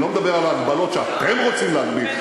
אני לא מדבר על ההגבלות שאתם רוצים להגביל,